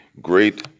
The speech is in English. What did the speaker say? great